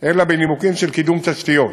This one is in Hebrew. אלא בנימוקים של קידום תשתיות.